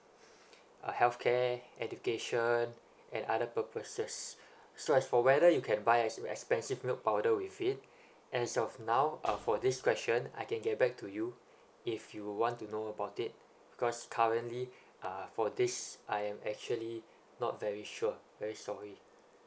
a healthcare education and other purposes so as for whether you can buy an expensive milk powder with it as of now uh for this question I can get back to you if you want to know about it because currently uh for this I am actually not very sure very sorry